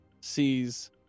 sees